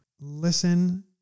listen